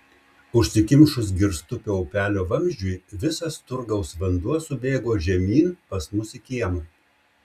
užsikimšus girstupio upelio vamzdžiui visas turgaus vanduo subėgo žemyn pas mus į kiemą